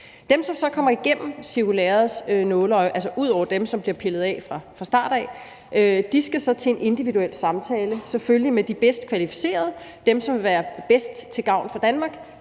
De, som så kommer igennem cirkulærets nåleøje, altså ud over dem, som bliver pillet af fra start af, skal så til en individuel samtale, selvfølgelig med de bedst kvalificerede, dem, som vil være bedst til gavn for Danmark